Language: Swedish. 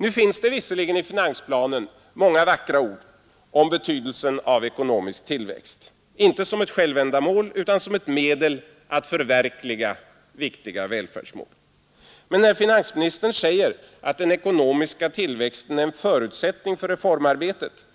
Nu finns det visserligen i finansplanen många vackra ord om betydelsen av ekonomisk tillväxt, inte som ett självändamål utan som ett medel att förverkliga viktiga välfärdsmål. Men när finansministern säger att den ekonomiska tillväxten är en förutsättning för reformarbetet